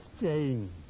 change